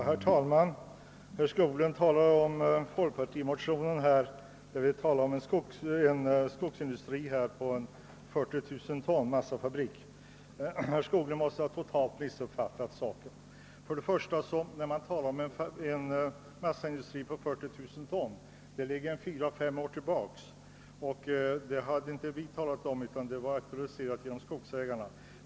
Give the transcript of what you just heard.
Herr talman! Herr Skoglund berörde en folkpartimotion i vilken vi skulle tala om en massafabrik på 40 000 ton. Herr Skoglund måste totalt ha missuppfattat saken. Beträffande talet om en massaindustri på 40 000 ton så ligger den tanken fyra, fem år tillbaka i tiden, och det var för Övrigt inte vi utan skogsägarna som aktualiserade den.